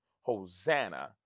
Hosanna